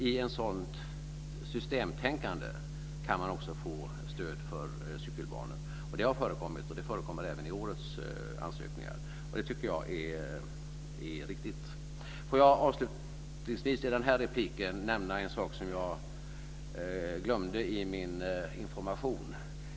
I ett sådant systemtänkande kan man också få stöd för cykelbanor, och det har förekommit och förekommer även i årets ansökningar. Det tycker jag är riktigt. Får jag avslutningsvis i den här repliken nämna en sak som jag glömde i min information.